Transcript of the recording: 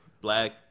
Black